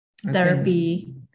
therapy